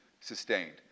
sustained